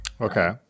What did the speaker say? Okay